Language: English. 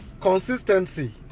consistency